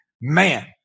man